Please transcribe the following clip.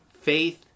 Faith